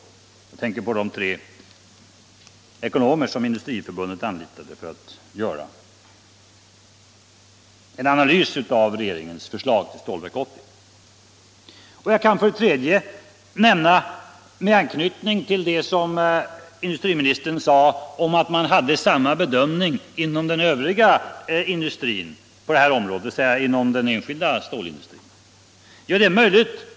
Jag tänker på de tre ekonomer som Industriförbundet anlitade för att göra en analys av regeringens förslag till Stålverk 80. Industriministern sade att man hade samma bedömning inom den övriga industrin på det här området, dvs. den enskilda stålindustrin. Det är möjligt.